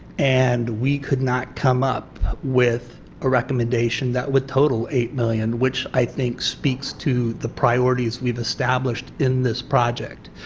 and we could not come up with a recommendation that would total eight million. which i think speaks to the priorities we have established in this project.